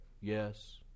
Yes